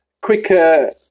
quicker